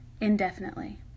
indefinitely